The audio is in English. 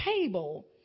table